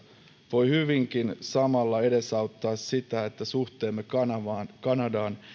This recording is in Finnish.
voi hyvinkin samalla edesauttaa sitä että suhteemme kanadaan tulee nousemaan